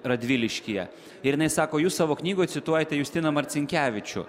radviliškyje ir jinai sako jūs savo knygoje cituojate justiną marcinkevičių